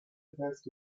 festivals